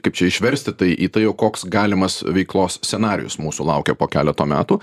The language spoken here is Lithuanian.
kaip čia išversti tai į tai o koks galimas veiklos scenarijus mūsų laukia po keleto metų